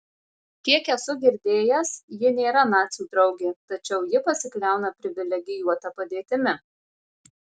kiek esu girdėjęs ji nėra nacių draugė tačiau ji pasikliauna privilegijuota padėtimi